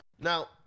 now